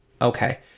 Okay